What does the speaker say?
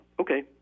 okay